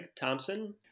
Thompson